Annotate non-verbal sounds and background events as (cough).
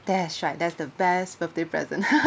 that's right that's the best birthday present (laughs)